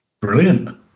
brilliant